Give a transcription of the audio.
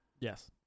Yes